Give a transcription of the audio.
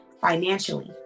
financially